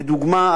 לדוגמה,